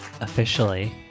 Officially